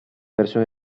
versione